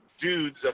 dudes